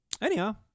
Anyhow